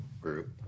group